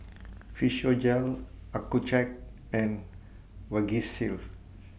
Physiogel Accucheck and Vagisil